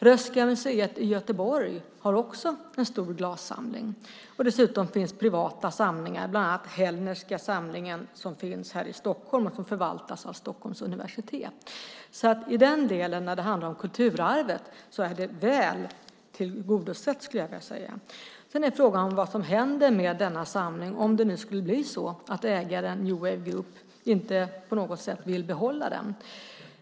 Röhsska museet i Göteborg har också en stor glassamling. Dessutom finns privata samlingar, bland annat Hellnerska samlingen i Stockholm som förvaltas av Stockholms universitet. Kulturarvet är väl tillgodosett. Frågan är vad som händer med den samling vi talar om, om det skulle bli så att ägaren New Wave Group inte vill behålla den.